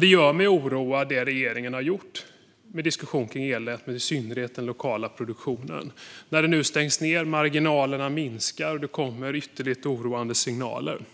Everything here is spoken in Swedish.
Det gör mig oroad, det regeringen har gjort med diskussion om elnät och i synnerhet den lokala produktionen när det nu stängs ned, marginalerna minskar och det kommer ytterligt oroande signaler.